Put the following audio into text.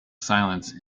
silence